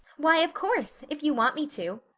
why, of course, if you want me to,